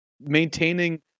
maintaining